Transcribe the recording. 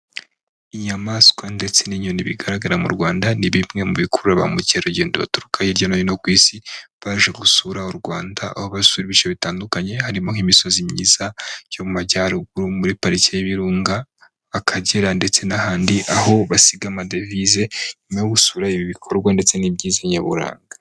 Inyamaswa ndetse n'inyoni bigaragara mu Rwanda, ni bimwe mu bikurura ba mukera rugendo baturuka hirya no hino ku isi, baje gusura u Rwanda. Aho basura ibice bitandukanye harimo nk'imisozi myiza, yo mu majyaruguru muri Pariki y'Ibirunga, Akagera ndetse n'ahandi, aho basiga amadevize, nyuma yo gusura ibi bikorwa ndetse n'ibyiza nyaburanga.